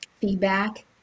feedback